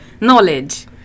knowledge